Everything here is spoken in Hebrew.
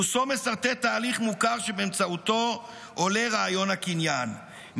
רוסו מסרטט תהליך מוכר שבאמצעותו עולה רעיון הקניין,